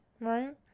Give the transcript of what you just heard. right